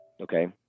okay